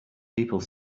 people